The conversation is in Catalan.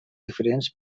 diferents